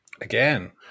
Again